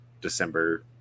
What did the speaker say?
december